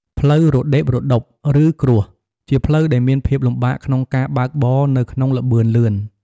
ផ្លូវរដិបរដុប ឬគ្រួស ជាផ្លូវដែលមានភាពលំបាកក្នុងការបើកបរនៅក្នុងល្បឿនលឿន។